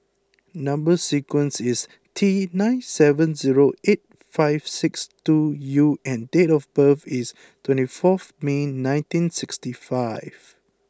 number sequence is T nine seven zero eight five six two U and date of birth is twenty four May nineteen sixty five